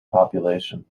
population